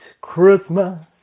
Christmas